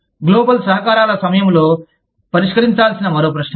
global సహకారాల సమయంలో పరిష్కరించాల్సిన మరో ప్రశ్న ఇది